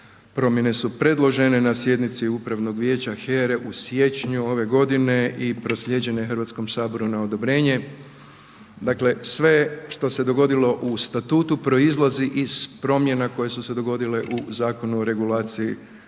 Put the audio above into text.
promjene su predložene na sjednici Upravnog vijeća HERE u siječnju ove godine i proslijeđene Hrvatskom saboru na odobrenje. Dakle, sve što se dogodilo u Statutu proizlazi iz promjena koje su se dogodile u Zakonu o regulaciji prije